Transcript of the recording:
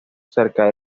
cerca